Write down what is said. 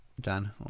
Dan